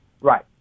Right